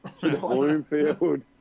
Bloomfield